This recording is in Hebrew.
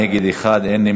בעד, 7, נגד, 1, אין נמנעים.